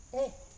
ಯೇ